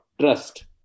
trust